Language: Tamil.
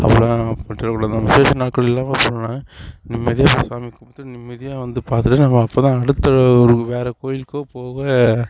அவ்வளோ நம்ம விசேஷ நாட்கள் இல்லாமல் போனால் நிம்மதியாக போய் சாமி கும்பிட்டு நிம்மதியாக வந்து பார்த்துட்டு நம்ம அப்போதான் அடுத்த ஒரு வேற கோயிலுக்கோ போக